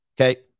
okay